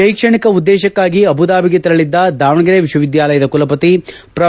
ಶೈಕಣಿಕ ಉದ್ಲೇಶಕಾಗಿ ಅಬುದಾಬಿಗೆ ತೆರಳದ್ದ ದಾವಣಗೆರೆ ವಿಶ್ವವಿದ್ಯಾಲಯದ ಕುಲಪತಿ ಪ್ರೊ